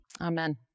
Amen